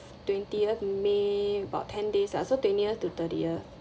twentieth may about ten days lah so twentieth to thirtieth